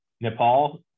Nepal